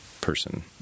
person